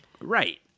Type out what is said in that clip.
Right